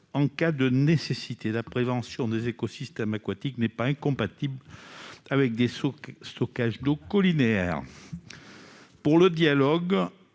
en cas de nécessité la prévention des écosystèmes aquatiques, n'est pas incompatible avec des souks stockage d'colinéaires pour le dialogue,